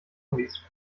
zombies